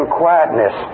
quietness